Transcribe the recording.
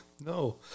no